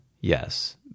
yes